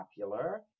popular